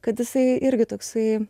kad jisai irgi toksai